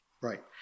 Right